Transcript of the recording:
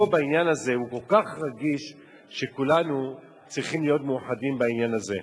פה העניין הזה הוא כל כך רגיש שכולנו צריכים להיות מאוחדים בעניין הזה.